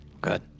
good